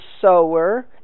sower